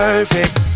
Perfect